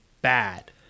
bad